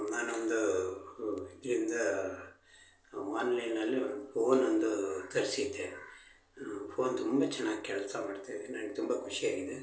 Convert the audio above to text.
ನಾನು ಒಂದು ಇದರಿಂದ ಆನ್ಲೈನಲ್ಲಿ ಒಂದು ಪೋನ್ ಒಂದು ತರಿಸಿದ್ದೆ ಫೋನ್ ತುಂಬ ಚೆನ್ನಾಗಿ ಕೆಲಸ ಮಾಡ್ತಾ ಇದೆ ನಂಗೆ ತುಂಬ ಖುಷಿಯಾಗಿದೆ